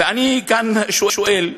ואני כאן שואל: